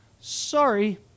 Sorry